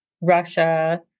Russia